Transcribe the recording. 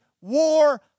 war